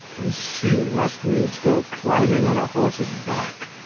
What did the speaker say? and she must needs go climbing on a horse's back,